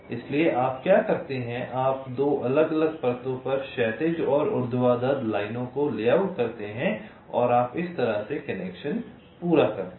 इसलिए आप क्या करते हैं आप दो अलग अलग परतों पर क्षैतिज और ऊर्ध्वाधर लाइनों को लेआउट करते हैं और आप इस तरह से कनेक्शन पूरा करते हैं